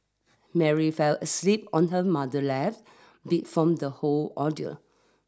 Mary fell asleep on her mother lap beat from the whole ordeal